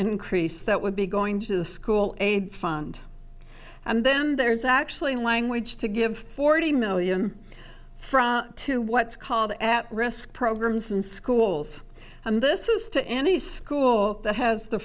increase that would be going to the school fund and then there's actually language to give forty million from two what's called at risk programs in schools and this is to any school that has the